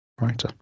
Right